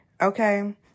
okay